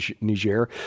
Niger